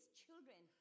children